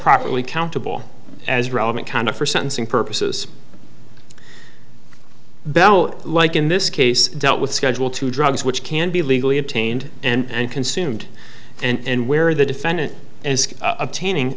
properly countable as relevant kind of for sentencing purposes bell like in this case dealt with schedule two drugs which can be legally obtained and consumed and where the defendant is obtaining